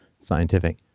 scientific